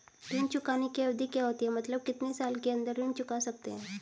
ऋण चुकाने की अवधि क्या होती है मतलब कितने साल के अंदर ऋण चुका सकते हैं?